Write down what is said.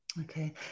Okay